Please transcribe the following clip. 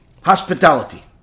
hospitality